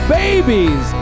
babies